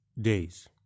days